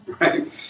right